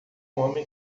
homem